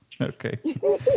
Okay